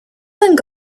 and